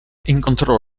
incontrò